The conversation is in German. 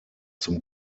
zum